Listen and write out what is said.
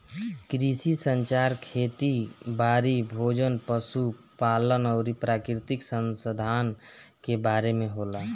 कृषि संचार खेती बारी, भोजन, पशु पालन अउरी प्राकृतिक संसधान के बारे में होला